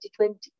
2020